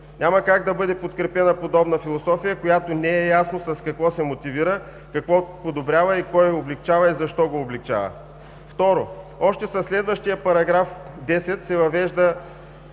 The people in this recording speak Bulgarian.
Няма как да бъде подкрепена подобна философия, за която не е ясно с какво се мотивира, какво подобрява, кое го облекчава и защо го облекчава. Второ, още със следващия § 10 се предвижда